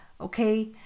Okay